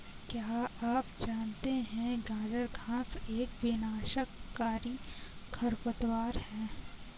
क्या आप जानते है गाजर घास एक विनाशकारी खरपतवार है?